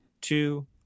two